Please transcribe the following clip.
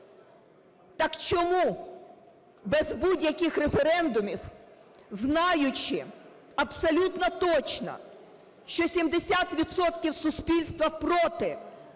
Так чому без будь-яких референдумів, знаючи абсолютно точно, що 70 відсотків суспільства проти